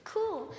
Cool